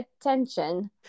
attention